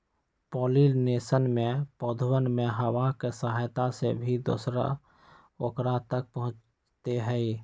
pollination में पौधवन में हवा के सहायता से भी दूसरा औकरा तक पहुंचते हई